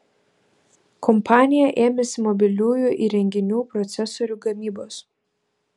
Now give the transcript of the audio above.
kompanija ėmėsi mobiliųjų įrenginių procesorių gamybos